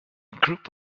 group